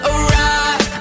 Arrive